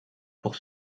pour